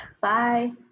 bye